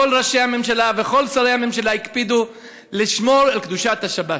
ראשי הממשלה וכל שרי הממשלה זה לשמור על קדושת השבת.